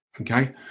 okay